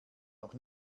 noch